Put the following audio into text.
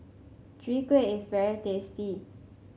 Chwee Kueh is very tasty